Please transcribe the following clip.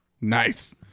nice